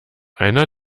einer